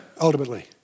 Ultimately